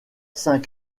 saint